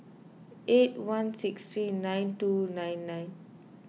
eight one six three nine two nine nine